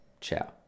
Ciao